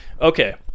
Okay